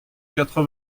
quatre